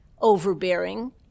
overbearing